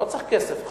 לא צריך כסף עכשיו.